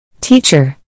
Teacher